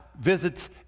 visits